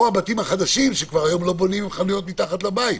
או הבתים החדשים שהיום לא בונים עם חנויות מתחת לבית.